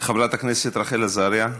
חברת הכנסת רחל עזריה,